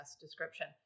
description